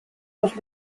после